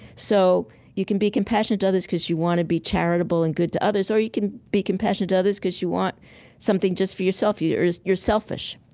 so you can be compassionate to others because you want to be charitable and good to others, or you can be compassionate to others because you want something just for yourself. you're selfish.